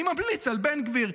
אני ממליץ על בן גביר.